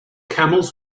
camels